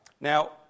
Now